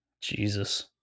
Jesus